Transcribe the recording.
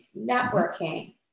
networking